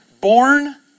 born